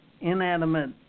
inanimate